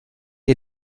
ihr